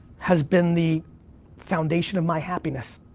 has been the foundation of my happiness.